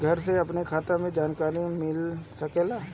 घर से अपनी खाता के जानकारी मिल सकेला?